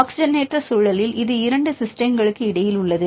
ஆக்ஸிஜனேற்ற சூழலில் இது இரண்டு சிஸ்டைன்களுக்கு இடையில் உள்ளது